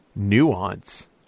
nuance